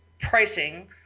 pricing